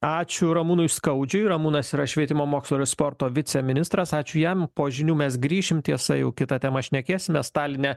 ačiū ramūnui skaudžiui ramūnas yra švietimo mokslo ir sporto viceministras ačiū jam po žinių mes grįšim tiesa jau kita tema šnekėsimės taline